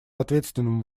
ответственным